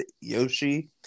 Yoshi